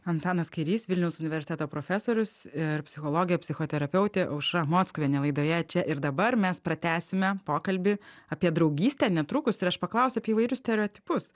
antanas kairys vilniaus universiteto profesorius ir psichologė psichoterapeutė aušra mockuvienė laidoje čia ir dabar mes pratęsime pokalbį apie draugystę netrukus ir aš paklausiu apie įvairius stereotipus